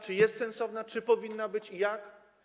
Czy jest sensowna, czy powinna być i jak.